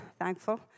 thankful